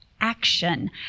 action